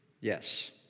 Yes